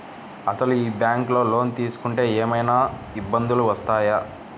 అసలు ఈ బ్యాంక్లో లోన్ తీసుకుంటే ఏమయినా ఇబ్బందులు వస్తాయా?